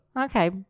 Okay